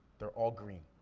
they're all green.